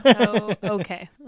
Okay